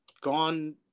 gone